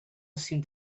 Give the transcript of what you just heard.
seemed